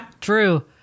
true